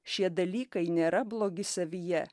šie dalykai nėra blogi savyje